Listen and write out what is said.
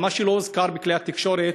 אבל מה שלא הוזכר בכלי התקשורת,